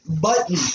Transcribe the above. button